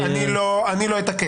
אני לא אתעקש.